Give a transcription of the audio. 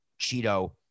Cheeto